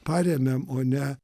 paremiam o ne